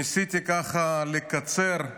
ניסיתי ככה לקצר,